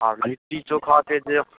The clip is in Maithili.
आओर लिट्टी चोखा छै जे